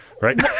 Right